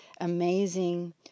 amazing